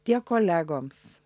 tiek kolegoms